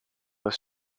was